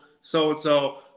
so-and-so